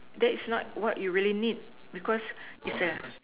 that is not what you really need because is a